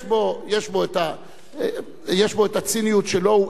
יש בו הציניות שלו.